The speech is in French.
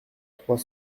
trois